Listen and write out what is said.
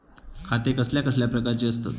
खाते कसल्या कसल्या प्रकारची असतत?